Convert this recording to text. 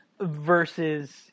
versus